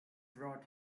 brought